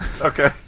Okay